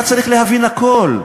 אתה צריך להבין הכול.